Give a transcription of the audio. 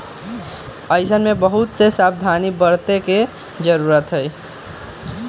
ऐसन में बहुत से सावधानी बरते के जरूरत हई